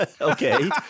Okay